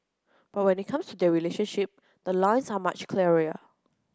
but when it comes their relationship the lines are much clearer